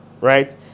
right